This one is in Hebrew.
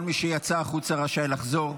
כל מי שיצא החוצה רשאי לחזור,